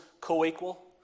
co-equal